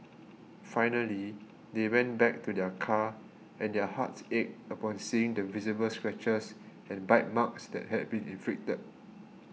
finally they went back to their car and their hearts ached upon seeing the visible scratches and bite marks that had been inflicted